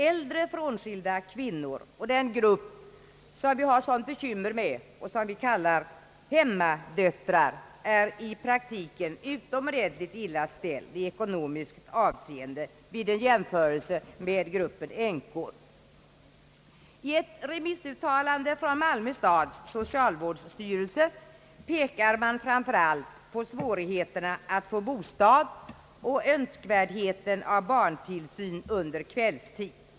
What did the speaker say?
Äldre frånskilda kvinnor och den grupp som vi kallar hemmadöttrar och har så mycket problem med, är i praktiken utomordentligt illa ställda i ekonomiskt avseende jämfört med änkor. I ett remissuttalande från Malmö stads socialvårdsstyrelse pekar man framför allt på svårigheterna att få bostad och önskvärdheten av barntillsyn under kvällstid.